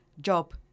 job